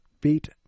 beat